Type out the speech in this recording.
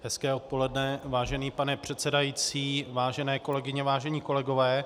Hezké odpoledne, vážený pane předsedající, vážené kolegyně, vážení kolegové.